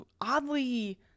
oddly